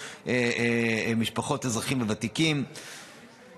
משפחות ואזרחים ותיקים בסך הכול.